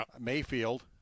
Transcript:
Mayfield